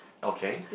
okay